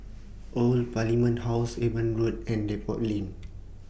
Old Parliament House Eben Road and Depot Lane